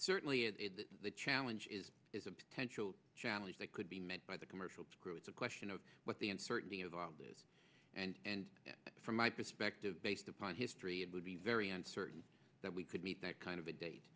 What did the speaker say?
certainly the challenge is a potential challenge that could be met by the commercial crew it's a question of what the uncertainty of all this and and from my perspective based upon history it would be very uncertain that we could meet that kind of a date